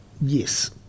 yes